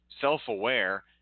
self-aware